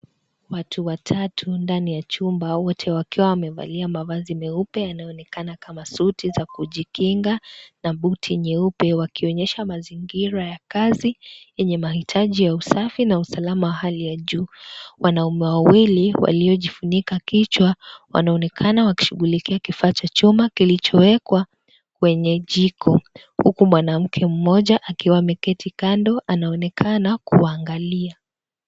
Watu watatu ndani ya chumba wote wakiwa wamevalia mavazi meupe yanayoonekana kama suti za kujikinga na buti nyeupe wakionyesha mazingira ya kazi yenye mahitaji ya usafi na usalama wa hali ya juu . Wanaume wawili waliojifunika kichwa wanaonekana wakishughulikia kifaa cha chuma kilichowekwa kwenye jiko huku mwanamke mmoja akiwa ameketi kando anaonekana kuwaangalia.